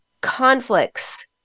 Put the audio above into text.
conflicts